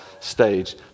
stage